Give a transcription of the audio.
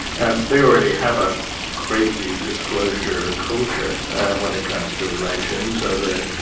and they already have a crazy disclosure culture when it comes to elections. the.